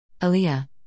Aaliyah